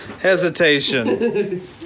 hesitation